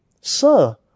Sir